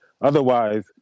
Otherwise